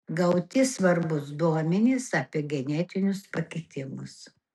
gauti svarbūs duomenys apie genetinius pakitimus